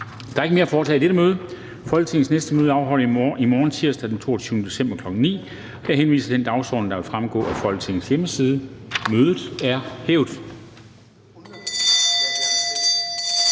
Der er ikke mere at foretage i dette møde. Folketingets næste møde afholdes i morgen, tirsdag den 22. december 2020, kl. 9.00. Jeg henviser til den dagsorden, der fremgår af Folketingets hjemmeside. Mødet er hævet.